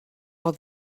all